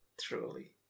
Truly